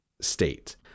state